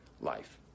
life